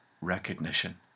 recognition